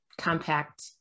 compact